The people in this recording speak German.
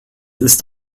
ist